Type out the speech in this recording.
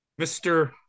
Mr